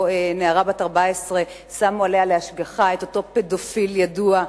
כששמו להשגיח על נערה בת 14 את אותו פדופיל ידוע,